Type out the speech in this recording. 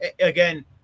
Again